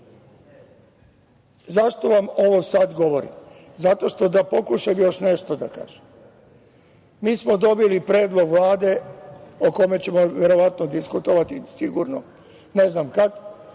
ovde.Zašto vam ovo sad govorim? Hoću još nešto da kažem. Mi smo dobili predlog Vlade o kome ćemo verovatno diskutovati sigurno, ne znam kad,